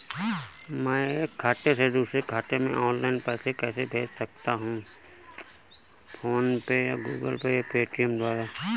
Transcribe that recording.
मैं एक खाते से दूसरे खाते में ऑनलाइन पैसे कैसे भेज सकता हूँ?